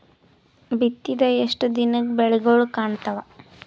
ಬಿತ್ತಿದ ಎಷ್ಟು ದಿನಕ ಬೆಳಿಗೋಳ ಕಾಣತಾವ?